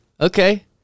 Okay